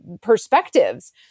perspectives